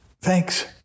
Thanks